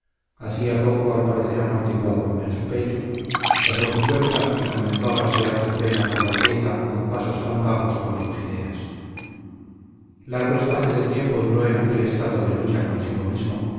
hacía poco al parecer amortiguado en su pecho cerró su puerta y comenzó a pasear su pena por la pieza con pasos tan vagos como sus ideas largo espacio de tiempo duró en aquel estado de lucha consigo mismo